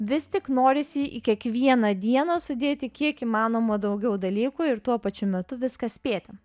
vis tik norisi į kiekvieną dieną sudėti kiek įmanoma daugiau dalykų ir tuo pačiu metu viską spėti